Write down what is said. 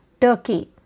Turkey